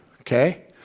Okay